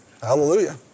Hallelujah